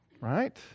Right